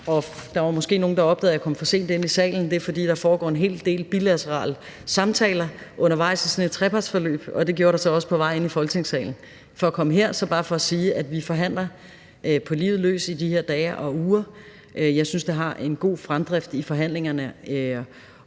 Der var måske nogle, der opdagede, at jeg kom for sent ind i salen. Det er, fordi der foregår en hel del bilaterale samtaler undervejs i sådan et trepartsforløb, og det gjorde der så også, da jeg var på vej ind i Folketingssalen for at komme her. Så det er bare for at sige, at vi forhandler på livet løs i de her dage og uger. Jeg synes, vi har en god fremdrift i forhandlingerne,